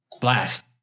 blast